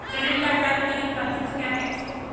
Credit card प्राप्त करने की पात्रता क्या है?